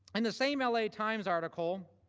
and the same like times article